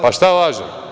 Pa, šta lažem?